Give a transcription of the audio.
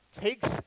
takes